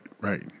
Right